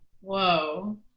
Whoa